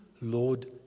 Lord